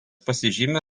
pasižymi